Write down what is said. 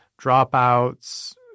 dropouts